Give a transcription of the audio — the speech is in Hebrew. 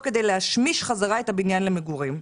כדי להשמיש חזרה את הבניין למגורים.